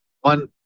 One